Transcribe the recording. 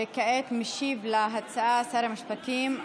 וכעת משיב להצעה שר המשפטים,